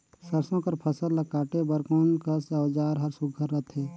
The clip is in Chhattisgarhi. सरसो कर फसल ला काटे बर कोन कस औजार हर सुघ्घर रथे?